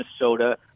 Minnesota